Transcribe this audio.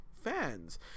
fans